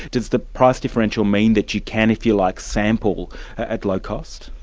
does the price differential mean that you can, if you like, sample at low cost?